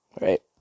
Right